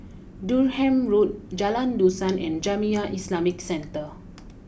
Durham Road Jalan Dusan and Jamiyah Islamic Centre